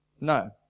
No